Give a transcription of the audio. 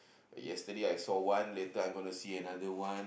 yesterday I saw one later I'm gonna see another one